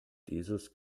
dieses